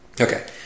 Okay